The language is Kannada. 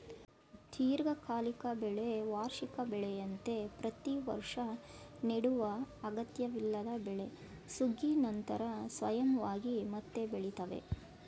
ದೀರ್ಘಕಾಲಿಕ ಬೆಳೆ ವಾರ್ಷಿಕ ಬೆಳೆಯಂತೆ ಪ್ರತಿವರ್ಷ ನೆಡುವ ಅಗತ್ಯವಿಲ್ಲದ ಬೆಳೆ ಸುಗ್ಗಿ ನಂತರ ಸ್ವಯಂವಾಗಿ ಮತ್ತೆ ಬೆಳಿತವೆ